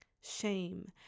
shame